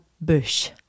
bush